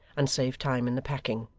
and save time in the packing.